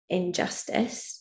injustice